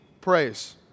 praise